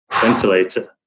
ventilator